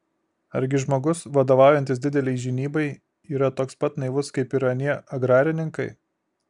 argi žmogus vadovaujantis didelei žinybai yra toks pat naivus kaip ir anie agrarininkai